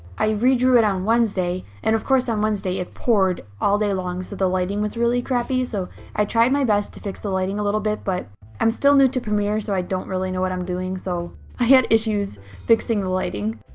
i redrew it on wednesday, and of course on wednesday it poured all day long so the lighting was really crappy. so i tried my best to fix the lighting a little bit, but i'm still new to premiere so i don't really know what i'm doing. so i had issues fixing the lighting.